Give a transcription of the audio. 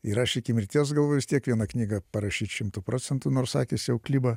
ir aš iki mirties galvoju vis tiek vieną knygą parašyt šimtu procentų nors akys jau kliba